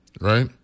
right